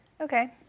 Okay